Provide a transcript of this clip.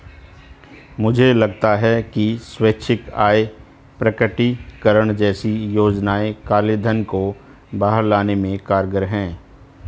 मुझे लगता है कि स्वैच्छिक आय प्रकटीकरण जैसी योजनाएं काले धन को बाहर लाने में कारगर हैं